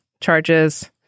charges